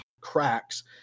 cracks